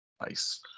Nice